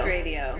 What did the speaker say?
Radio